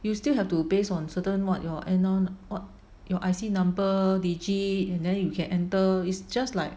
you still have to based on certain what your N_R what your I_C number digit and then you can enter is just like